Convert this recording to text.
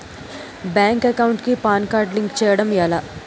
Bank account కి PAN card link చేయడం ఎలా?